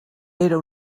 era